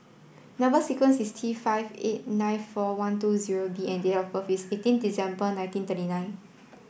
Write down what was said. number sequence is T five eight nine four one two zero B and date of birth is eighteen December nineteen thirty nine